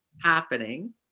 happening